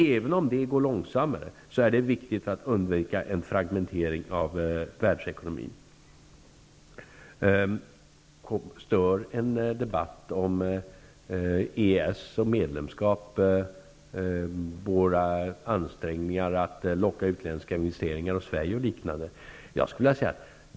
Även om det går långsammare är det viktigt att undvika en fragmentering av världsekonomin. Stör en debatt om EES och medlemskap våra ansträngningar att locka utländska investeringar till Sverige?